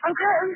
Okay